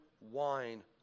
wine